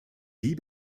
wie